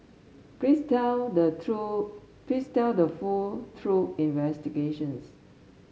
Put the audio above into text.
please tell the true please tell the full truth investigations